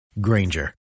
Granger